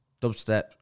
dubstep